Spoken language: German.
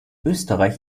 österreich